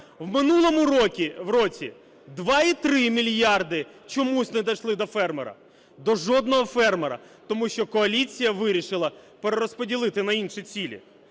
В минулому році 2,3 мільярди чомусь не дійшли до фермера, до жодного фермера, тому що коаліція вирішила перерозподілити на інші цілі.